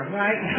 right